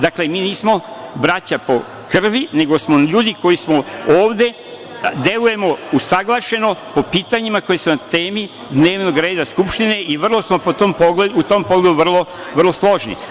Dakle, mi nismo braća po krvi, nego smo ovde, delujemo usaglašeno po pitanjima koja su na temi dnevnog reda Skupštine i vrlo smo u tom pogledu složni.